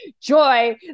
Joy